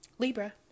Libra